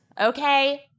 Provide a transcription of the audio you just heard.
Okay